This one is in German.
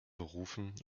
berufen